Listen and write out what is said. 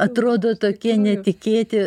atrodo tokie netikėti